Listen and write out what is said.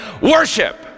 worship